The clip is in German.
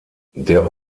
der